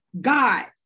God